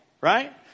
Right